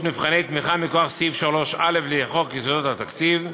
מבחני תמיכה מכוח סעיף 3א לחוק יסודות התקציב.